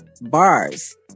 bars